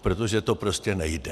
Protože to prostě nejde.